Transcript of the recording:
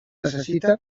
necessita